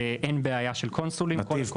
אין בעיה של קונסולים.